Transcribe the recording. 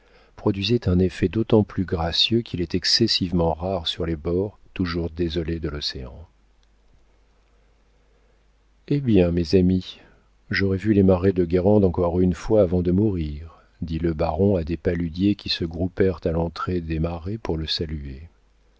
produisait un effet d'autant plus gracieux qu'il est excessivement rare sur les bords toujours désolés de l'océan hé bien mes amis j'aurai vu les marais de guérande encore une fois avant de mourir dit le baron à des paludiers qui se groupèrent à l'entrée des marais pour le saluer